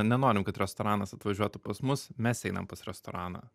nenorim kad restoranas atvažiuotų pas mus mes einam pas restoraną